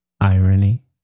irony